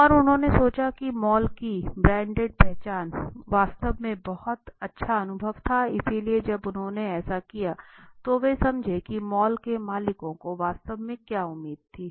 और उन्होंने सोचा कि मॉल की ब्रांडेड पहचान वास्तव में बहुत अच्छा अनुभव था इसलिए जब उन्होंने ऐसा किया तो वे समझे की मॉल के मालिकों को वास्तव में क्या उम्मीद थी